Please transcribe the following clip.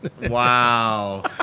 Wow